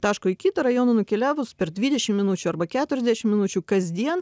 taško į kitą rajoną nukeliavus per dvidešim minučių arba keturiasdešim minučių kasdien